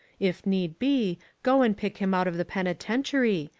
if need be, go and pick him out of the penitentiary,